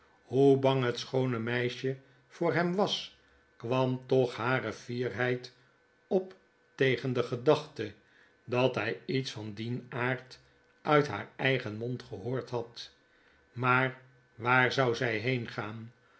hoe bang het schoone meisje voor hem was kwam toch hare fierheid op tegen de gedachte dat hy iets van dien aard uit haar eigen mond gehoord had maar waar zou zij